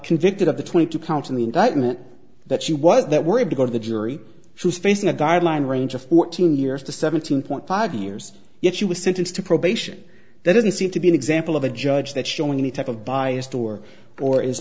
convicted of the twenty two counts in the indictment that she was that worried to go to the jury she was facing a guideline range of fourteen years to seventeen point five years yet she was sentenced to probation that doesn't seem to be an example of a judge that showing any type of biased or or is